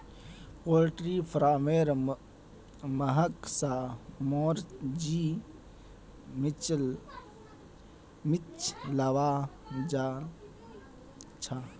poultry फारमेर महक स मोर जी मिचलवा लाग छ